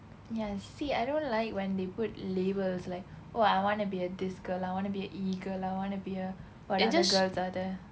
yeah you see I don't like when they put labels like !wah! I wanna be a this girl I wanna be a E girl I wanna be a what other girls are there